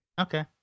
Okay